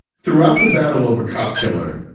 throughout the battle over cop killer,